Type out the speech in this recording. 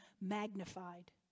magnified